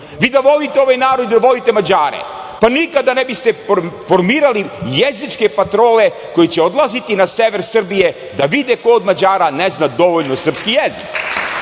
Vi da volite ovaj narod i da volite Mađare, pa nikada ne biste formirali jezičke patrole koje će odlaziti na sever Srbije da vide ko od Mađara ne zna dovoljno srpski jezik.